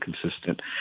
consistent